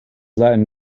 latin